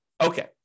Okay